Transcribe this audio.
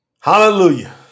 Hallelujah